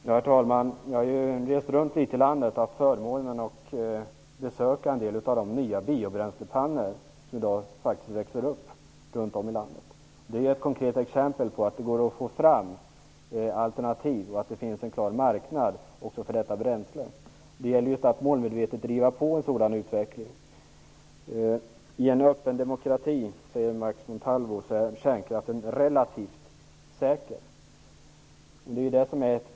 Herr talman! Jag har rest omkring och haft förmånen att få besöka en del av de nya biobränslepannor som faktiskt växer upp runt om i landet. De är konkreta exempel på att det går att få fram alternativ och att det finns en klar marknad för detta bränsle. Det gäller att målmedvetet driva på en sådan utveckling. I en öppen demokrati, sade Max Montalvo, är kärnkraften relativt säker. Det är detta som är problemet.